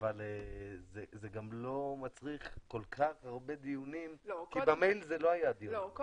אבל זה גם לא מצריך כל כך הרבה דיונים כי לגבי המייל זה לא היה כך.